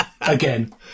Again